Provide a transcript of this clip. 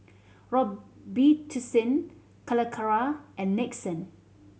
Robitussin Calacara and Nixon